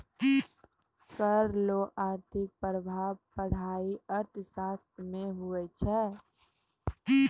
कर रो आर्थिक प्रभाब पढ़ाय अर्थशास्त्र मे हुवै छै